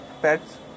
Pets